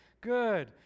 good